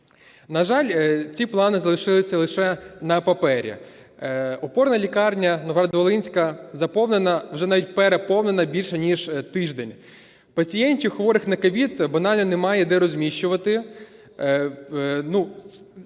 На жаль, ці плани залишилися лише на папері. Опорна лікарня Новоград-Волинська заповнена, вже навіть переповнена більше ніж тиждень. Пацієнтів, хворих на COVID, банально немає, де розміщувати.